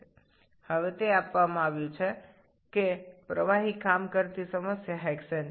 এখন সমস্যাটিতি দেওয়া আছে যে কার্যকর মাধ্যম হল হেক্সেন